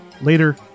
Later